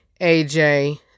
AJ